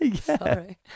Sorry